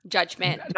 Judgment